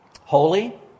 Holy